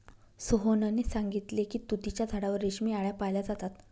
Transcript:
सोहनने सांगितले की तुतीच्या झाडावर रेशमी आळया पाळल्या जातात